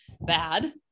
Bad